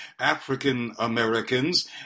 African-Americans